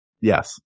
Yes